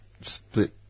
split